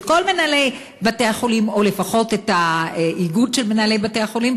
את כל מנהלי בתי-החולים או לפחות את האיגוד של מנהלי בתי-החולים,